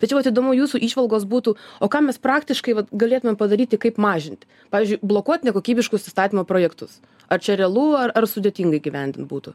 tai čia vat įdomu jūsų įžvalgos būtų o ką mes praktiškai vat galėtumėm padaryti kaip mažinti pavyzdžiui blokuot nekokybiškus įstatymų projektus ar čia realu ar ar sudėtinga įgyvendint būtų